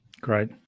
Great